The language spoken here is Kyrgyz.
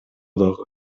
дагы